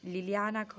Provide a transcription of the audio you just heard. Liliana